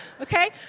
Okay